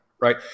right